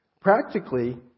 Practically